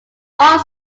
all